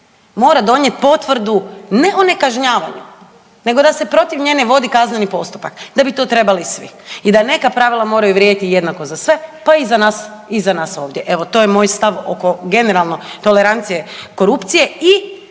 mora donijeti potvrdu ne o nekažnjavanju nego da se protiv nje ne godi kazneni postupak, da bi to trebali svi i da neka pravila moraju vrijediti jednako za sve, pa i za nas, za nas ovdje. Evo to je moj stav oko generalno tolerancije korupcije i